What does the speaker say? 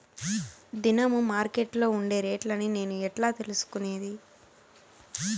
దినము మార్కెట్లో ఉండే రేట్లని నేను ఎట్లా తెలుసుకునేది?